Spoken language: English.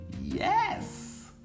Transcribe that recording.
Yes